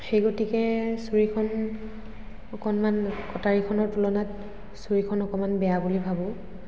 সেই গতিকে ছুৰিখন অকণমান কটাৰীখনৰ তুলনাত ছুৰিখন অকণমান বেয়া বুলি ভাবোঁ